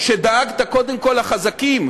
שדאגת קודם כול לחזקים,